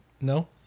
No